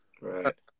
Right